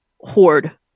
hoard